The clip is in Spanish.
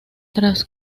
tras